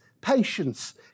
patience